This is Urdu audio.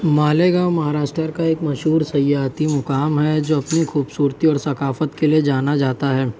مالیگاؤں مہاراشٹرا کا ایک مشہور سیاحتی مقام ہے جو اپنی خوبصورتی اور ثقافت کے لیے جانا جاتا ہے